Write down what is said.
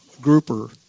grouper